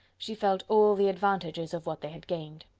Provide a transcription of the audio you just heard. she felt all the advantages of what they had gained.